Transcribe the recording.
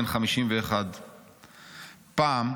בן 51. פעם,